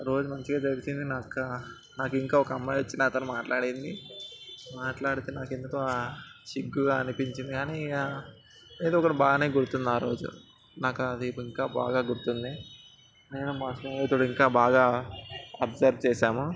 రోజు మంచిగా జరిగితే నాక నాకు ఇంకా ఒక అమ్మాయి వచ్చి నాతోని మాట్లాడింది మాట్లాడితే నాకు ఎందుకో సిగ్గుగా అనిపించింది కానీ ఇక ఇది ఒకటి బాగానే గుర్తుంది ఆరోజు నాకు అది ఇంకా బాగా గుర్తుంది నేను మా స్నేహితుడు ఇంకా బాగా అబ్జర్వ్ చేసాము